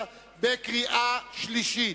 2009, קריאה שלישית.